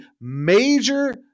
major